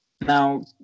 now